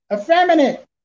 effeminate